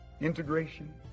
integration